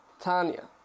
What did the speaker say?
Tanya